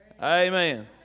amen